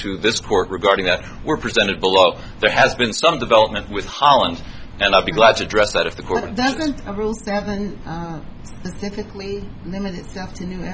to this court regarding that were presented below there has been some development with holland and i'll be glad to address that if the